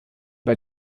bei